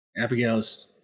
abigail's